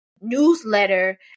newsletter